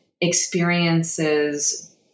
experiences